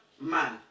man